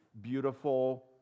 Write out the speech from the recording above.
beautiful